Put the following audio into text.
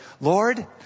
Lord